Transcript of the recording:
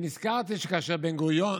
ונזכרתי שכאשר בן-גוריון,